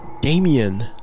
Damien